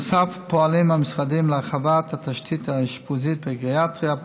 נוסף על כך פועלים המשרדים להרחבת התשתית האשפוזית בגריאטריה פעילה,